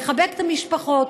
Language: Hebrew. לחבק את משפחות.